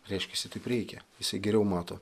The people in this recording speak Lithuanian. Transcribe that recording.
reiškiasi taip reikia jisai geriau mato